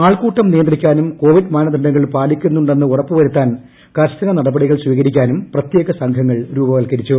ആൾക്കൂട്ടം നിയന്ത്രിക്കാനും കോവിഡ് മാനദണ്ഡങ്ങൾ പാലിക്കുന്നുണ്ടെന്ന് ഉറപ്പുവരുത്താൻ കർശന നടപടികൾ സ്വീകരിക്കാനും പ്രത്യേക സംഘങ്ങൾ രൂപവൽക്കരിച്ചു